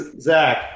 Zach